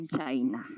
China